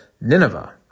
Nineveh